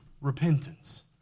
repentance